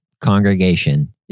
congregation